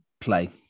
play